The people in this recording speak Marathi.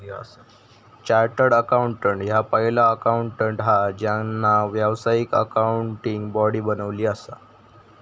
चार्टर्ड अकाउंटंट ह्या पहिला अकाउंटंट हा ज्यांना व्यावसायिक अकाउंटिंग बॉडी बनवली असा